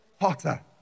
hotter